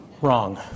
Wrong